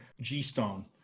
G-Stone